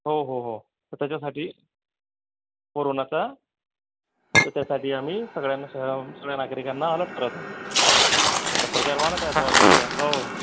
हो हो हो तर त्याच्यासाठी कोरोनाचा त्याच्यासाठी आम्ही सगळ्यांना सगळ्या नागरिकांना अलर्ट करत आहोत ते आता प्रचार वाढत आहे ब जास्त हो हो